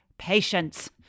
Patience